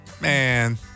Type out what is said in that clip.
Man